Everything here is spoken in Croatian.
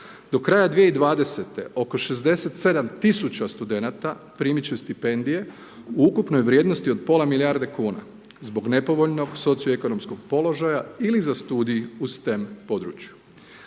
Do kraja 2020. oko 67 000 studenata primit će stipendije u ukupnoj vrijednosti od pola milijarde kuna zbog nepovoljnog socioekonomskog položaja ili za studij u stem području.